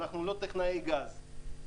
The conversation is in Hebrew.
אנחנו לא טכנאי גז.